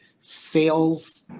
sales